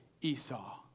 Esau